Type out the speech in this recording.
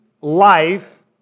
life